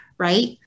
Right